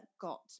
got